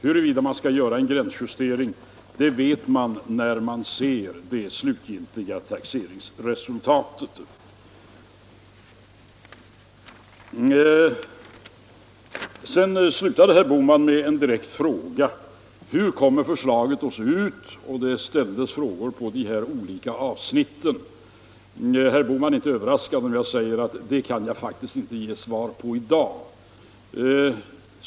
Huruvida man skall göra en gränsjustering vet man när man ser det slutgiltiga taxeringsresultatet. Herr Bohman slutade med direkta frågor på olika avsnitt, bl.a. om hur det aviserade förslaget kommer att se ut. Herr Bohman är väl inte överraskad om jag säger att jag faktiskt inte kan ge svar på det i dag.